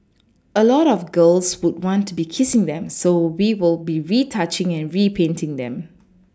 a lot of girls would want to be kissing them so we will be retouching and repainting them